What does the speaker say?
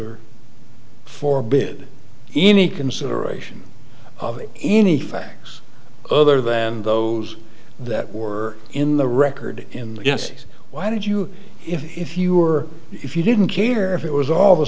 are for bid any consideration of any facts other than those that were in the record in the us why did you if you were if you didn't care if it was all the